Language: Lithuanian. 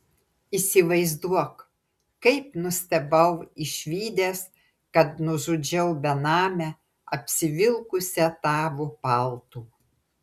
įsivaizduok kaip nustebau išvydęs kad nužudžiau benamę apsivilkusią tavo paltu